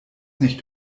nicht